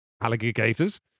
alligators